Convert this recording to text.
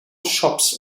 shops